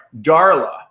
Darla